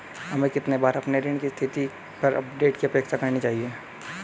हमें कितनी बार अपने ऋण की स्थिति पर अपडेट की अपेक्षा करनी चाहिए?